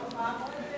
שבאה וחיזקה אותנו.